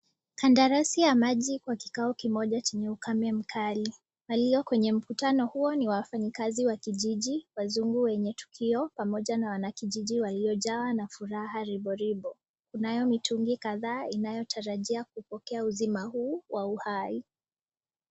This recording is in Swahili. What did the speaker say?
Karatasi ya maji kwa kikao kimoja chenye ukame mkali. Walio kwenye mkutano huo ni wafanyikazi wa kijiji, wazungu wenye tukio pamoja na wanakijiji waliojawa na furaha riboribo. Kunayo mitungi kadhaa inayotarajia kupata uzima huu wa uhai.